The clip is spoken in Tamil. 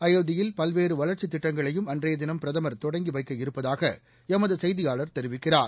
அயோத்தியில் பல்வேறு வளர்ச்சித் திட்டங்களையும் அன்றைய தினம் பிரதமர் தொடங்கி வைக்கவிருப்பதாக எமது செய்தியாளர் தெரிவிக்கிறார்